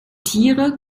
tiere